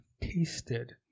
tasted